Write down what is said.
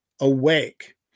awake